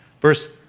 Verse